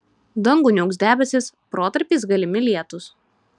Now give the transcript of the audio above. dangų niauks debesys protarpiais galimi lietūs